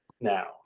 now